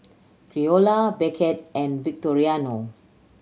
Creola Beckett and Victoriano